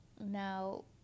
Now